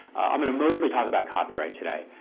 i'm going to mostly talk about copyright today.